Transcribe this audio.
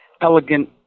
elegant